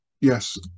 yes